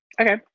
okay